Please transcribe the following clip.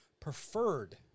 preferred